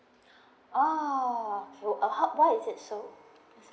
oh okay is it so